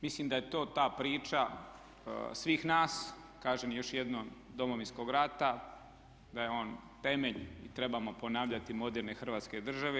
Mislim da je to ta priča svih nas, kažem još jednom Domovinskog rata, da je on temelj i trebamo ponavljati moderne Hrvatske države.